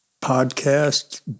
podcast